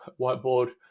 whiteboard